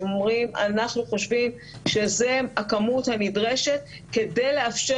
הם אמרו שהם חושבים שזו הכמות הנדרשת כדי לאפשר